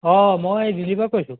অঁ মই দিল্লী পৰা কৈছোঁ